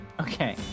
Okay